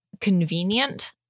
convenient